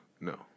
No